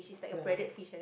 ya